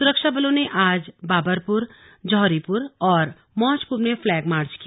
सुरक्षा बलों ने आज बाबरपुर जौहरीपुर और मौजपुर में फ्लैग मार्च किया